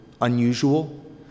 unusual